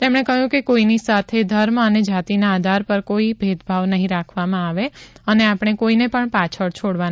તેમણે કહયું કે કોઈની સાથે ધર્મ અને જાતિના આધાર પર કોઈ ભેદભાવ નહી રાખવામાં આવે અને આપણે કોઈને પણ પાછળ છોડવાના નથી